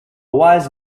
wise